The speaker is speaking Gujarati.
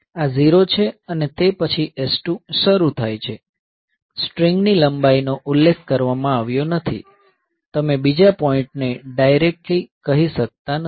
આ 0 છે અને તે પછી S2 શરૂ થાય છે સ્ટ્રીંગની લંબાઈ નો ઉલ્લેખ કરવામાં આવ્યો નથી તમે બીજા પોઈન્ટ ને ડાયરેક્ટલી કહી શકતા નથી